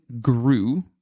grew